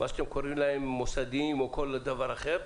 מה שאתם קוראים להם "מוסדיים" או כל דבר אחר,